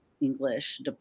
English